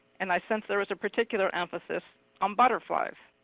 and i sensed there was a particular emphasis on butterflies.